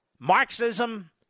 Marxism